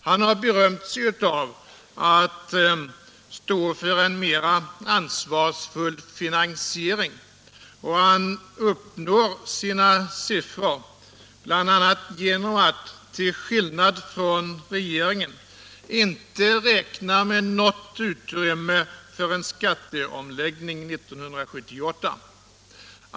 Han har berömt sig av att stå för en mera ansvarsfull finansiering, och han uppnår sina siffror bl.a. genom att, till skillnad från regeringen, inte räkna med något utrymme för en skatteomläggning 1978.